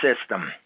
system